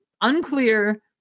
Unclear